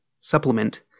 supplement